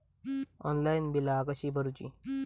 Online बिला कशी भरूची?